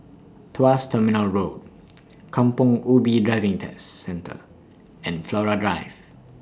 Tuas Terminal Road Kampong Ubi Driving Test Centre and Flora Drive